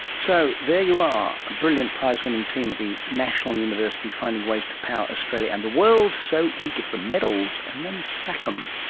so there you are, a brilliant prize-winning team at the national university, finding ways to power australia and the world, so we give them medals and then sack um